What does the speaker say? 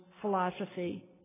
philosophy